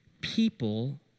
People